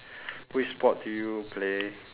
which sport do you play